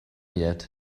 yet